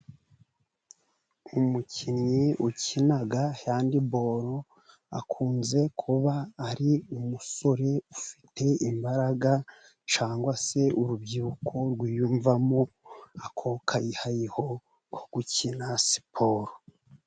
Umukinnyi ukina handiboro, akunze kuba ari umusore ufite imbaraga, cyangwa se urubyiruko rwiyumvamo ako kayihayiho ko gukina siporo.